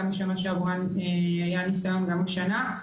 גם בשנה שעברה היה ניסיון וגם השנה.